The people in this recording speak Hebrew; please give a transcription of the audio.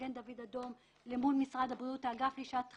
מגן דוד אדום למול משרד הבריאות, האגף לשעת חירום,